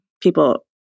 people